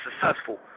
successful